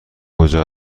کجا